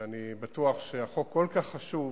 ואני בטוח שהחוק כל כך חשוב